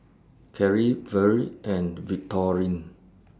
Kerri Vere and Victorine